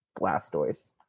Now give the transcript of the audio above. Blastoise